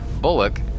Bullock